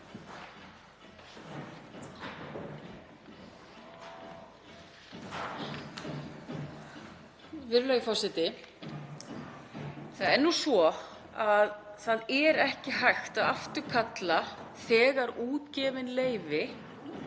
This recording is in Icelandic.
Virðulegur forseti. Það er nú svo að það er ekki hægt að afturkalla þegar útgefin leyfi